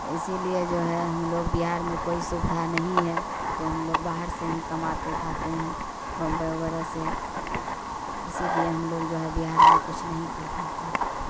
اسی لیے جو ہے ہم لوگ بہار میں کوئی سویدھا نہیں ہے تو ہم لوگ باہر سے ہی کماتے کھاتے ہیں بمبئی وغیرہ سے اسی لیے ہم لوگ جو ہے بہار میں کچھ نہیں کر پاتے ہیں